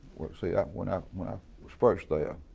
see when i was first there,